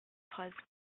phrase